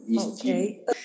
Okay